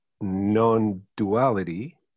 non-duality